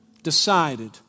Decided